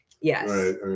Yes